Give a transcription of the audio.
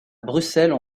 bruxelles